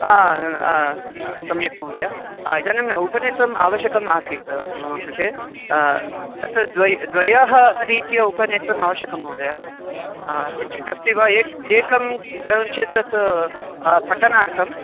सम्यक् महोदय इदानीम् उपनेत्रम् आवश्यकम् आसीत् मम कृते तत् द्व द्वयः रित्या उपनेत्रम् आवश्यकं महोदय किञ्चित् अस्ति वा ए एकं चेत् तत् पठनार्थम्